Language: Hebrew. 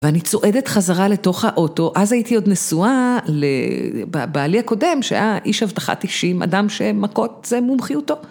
ואני צועדת חזרה לתוך האוטו, אז הייתי עוד נשואה לבעלי הקודם שהיה איש אבטחת אישים, אדם שמכות, זה מומחיותו.